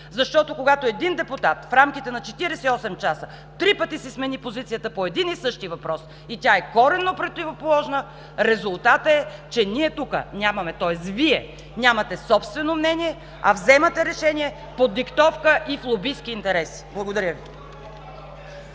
Защото, когато един депутат в рамките на 48 часа три пъти си смени позицията по един и същи въпрос и тя е коренно противоположна, резултатът е, че ние тук нямаме, тоест Вие (шум и реплики от дясно) нямате собствено мнение, а вземате решение под диктовка и в лобистки интереси. Благодаря Ви.